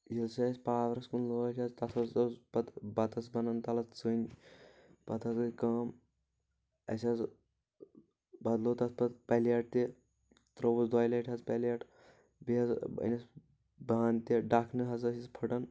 ییٚلہِ سۄ اَسہِ پاورس کُن لٲج حظ تَتھ ہسا أس پتہٕ بتس بنان تلہٕ ژٕنۍ پتہٕ حظ گٔے کأم اَسہِ حظ بدلوو تَتھ پتہٕ پلیٹ تہِ ترٛووُس دۄیہِ لٹہِ حظ پلیٹ بیٚیہِ حظ أنِس بانہٕ تہِ ڈکھنہٕ حظ أسِس فٕٹان